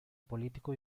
político